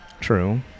True